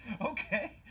Okay